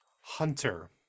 Hunter